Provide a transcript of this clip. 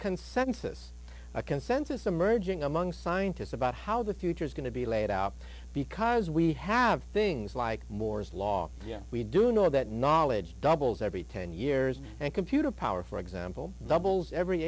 consensus a consensus emerging among scientists about how the future is going to be laid out because we have things like moore's law yes we do know that knowledge doubles every ten years and computer power for example doubles every